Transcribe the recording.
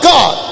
God